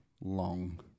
long